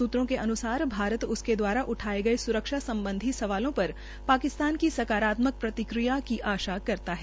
सूत्रों के अन्सार भारत उसके द्वारा उठाये गये सुरक्षा सम्बधी सवालों पर पाकिस्तान की सकारात्मक प्रतिक्रिया की आशा करता है